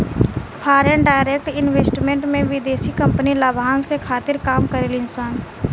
foreign direct investment में विदेशी company लाभांस के खातिर काम करे ली सन